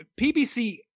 PBC